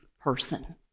person